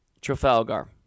Trafalgar